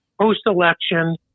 post-election